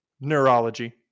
neurology